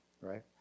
right